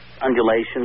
undulations